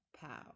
pow